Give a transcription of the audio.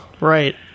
Right